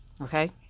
okay